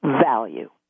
value